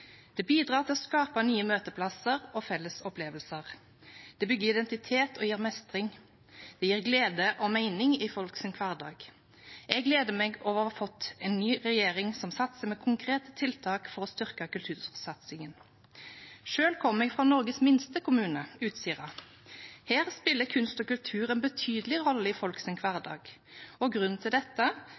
Det bidrar til å skape nye møteplasser og felles opplevelser. Det bygger identitet og gir mestring. Det gir glede og mening i folks hverdag. Jeg gleder meg over å ha fått en ny regjering som satser på konkrete tiltak for å styrke kultursatsingen. Selv kommer jeg fra Norges minste kommune, Utsira. Her spiller kunst og kultur en betydelig rolle i folks hverdag. Grunnen til